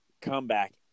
comeback